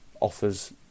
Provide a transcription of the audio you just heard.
offers